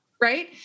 Right